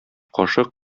кашык